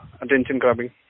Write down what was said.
attention-grabbing